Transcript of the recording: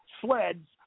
sleds